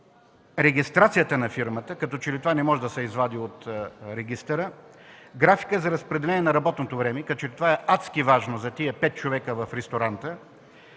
регистрацията на фирмата – като че ли това не може да се извади от регистъра; графика за разпределение на работното време – като че ли това е адски важно за тези 5 човека в ресторанта;